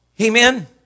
Amen